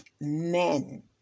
men